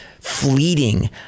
fleeting